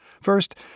First